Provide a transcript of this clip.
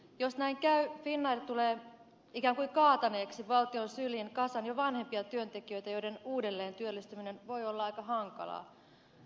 jos näin käy finnair tulee ikään kuin kaataneeksi valtion syliin kasan jo vanhempia työntekijöitä joiden uudelleen työllistäminen voi olla aika hankalaa